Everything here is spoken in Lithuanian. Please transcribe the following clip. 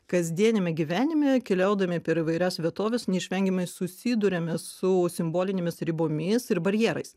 kasdieniame gyvenime keliaudami per įvairias vietoves neišvengiamai susiduriame su simbolinėmis ribomis ir barjerais